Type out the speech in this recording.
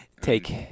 Take